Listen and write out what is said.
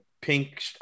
pink